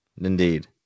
indeed